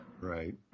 Right